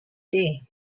day